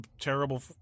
terrible